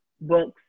books